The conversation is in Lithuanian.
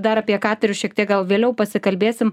dar apie katerius šiek tiek gal vėliau pasikalbėsim